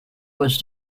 was